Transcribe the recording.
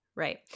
Right